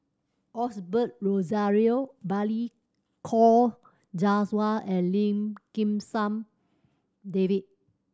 Osbert Rozario Balli Kaur Jaswal and Lim Kim San David